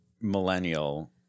millennial